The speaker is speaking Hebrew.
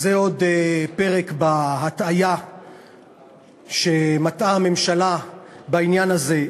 זה עוד פרק בהטעיה שמטעה הממשלה בעניין הזה.